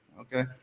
okay